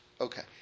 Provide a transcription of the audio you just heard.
Okay